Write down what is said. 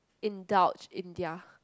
indulge in their